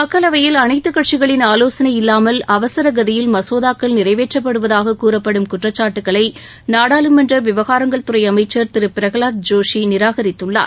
மக்களவையில் அனைத்து கட்சிகளின் ஆலோசனை இல்லாமல் அவசரகதியில் மசோதாக்கள் நிறைவேற்றப்படுவதாக கூறப்படும் குற்றச்சாட்டுக்களை நாடாளுமன்ற விவகாரங்கள் துறை அமைச்சா் திரு பிரகலாத் ஜோஷி நிராகரித்துள்ளார்